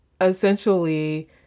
essentially